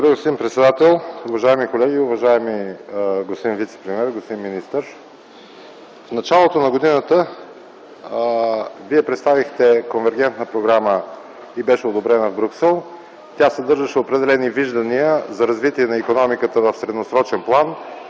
Благодаря, господин председател. Уважаеми господин вицепремиер, господин министър! В началото на годината Вие представихте конвергентна програма и беше одобрена в Брюксел. Тя съдържаше определени виждания за развитие на икономиката в средносрочен план